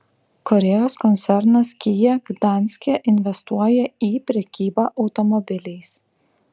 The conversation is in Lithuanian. korėjos koncernas kia gdanske investuoja į prekybą automobiliais